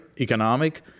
economic